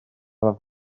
fath